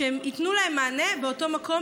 שהם ייתנו להם מענה באותו מקום,